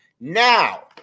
now